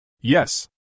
Yes